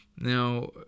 Now